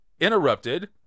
interrupted